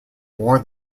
more